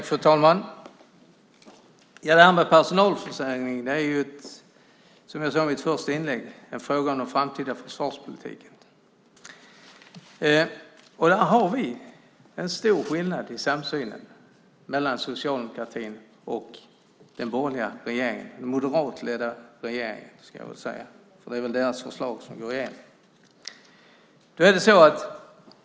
Fru talman! Som jag sade i mitt första inlägg är personalförsörjning en fråga om den framtida försvarspolitiken. Där råder en stor skillnad i samsynen mellan socialdemokratin och den moderatledda regeringen. Det är deras förslag som går igenom.